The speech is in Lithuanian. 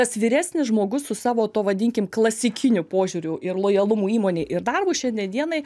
tas vyresnis žmogus su savo tuo vadinkim klasikiniu požiūriu ir lojalumu įmonei ir darbu šiandien dienai